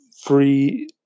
free